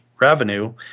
revenue